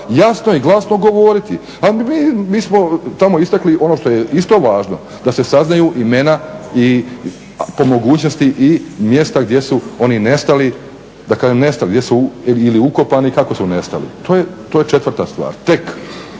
jasno i glasno govoriti. A mi smo tamo istakli ono što je isto važno da se saznaju imena i po mogućnosti mjesta gdje su oni nestali, da kažem nestali, gdje su ili ukopani i kako su nestali, to je 4.stvar tek.